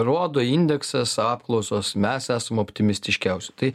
rodo indeksas apklausos mes esam optimistiškiausiai tai